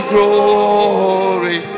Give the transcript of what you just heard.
Glory